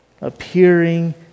appearing